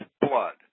blood